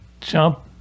jump